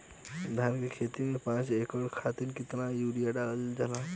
धान क खेती में पांच एकड़ खातिर कितना यूरिया डालल जाला?